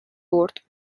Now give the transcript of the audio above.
برد